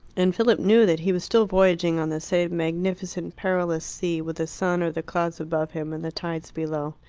and philip knew that he was still voyaging on the same magnificent, perilous sea, with the sun or the clouds above him, and the tides below.